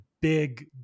big